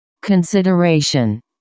Consideration